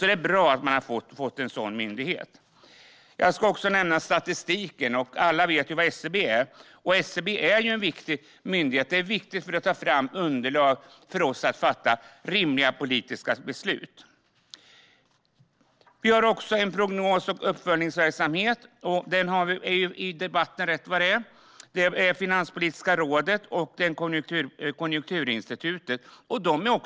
Det är bra med en ny myndighet. Vi har en prognos och uppföljningsverksamhet som ibland dyker upp i debatten. Det är Finanspolitiska rådet och Konjunkturinstitutet som står för den.